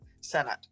Senate